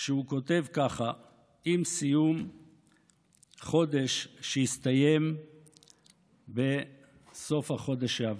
הוא כתב כך עם סיום חודש שהסתיים בסוף החודש שעבר.